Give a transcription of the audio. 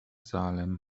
salem